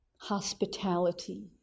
Hospitality